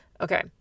Okay